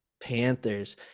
Panthers